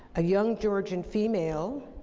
a young georgian female,